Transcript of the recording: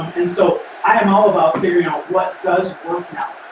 and so i am all about figuring out what does work now.